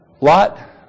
Lot